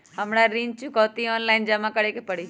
हमरा ऋण चुकौती ऑनलाइन जमा करे के परी?